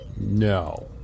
No